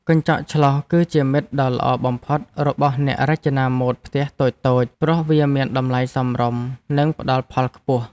កញ្ចក់ឆ្លុះគឺជាមិត្តដ៏ល្អបំផុតរបស់អ្នករចនាម៉ូដផ្ទះតូចៗព្រោះវាមានតម្លៃសមរម្យនិងផ្តល់ផលខ្ពស់។